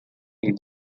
him